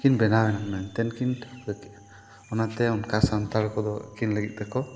ᱠᱤᱱ ᱵᱮᱱᱟᱣᱮᱱᱟ ᱢᱮᱱᱛᱮᱫ ᱠᱤᱱ ᱚᱱᱟᱛᱮ ᱚᱱᱠᱟ ᱥᱟᱱᱛᱟᱲ ᱠᱚᱫᱚ ᱟᱹᱠᱤᱱ ᱞᱟᱹᱜᱤᱫ ᱛᱮᱠᱚ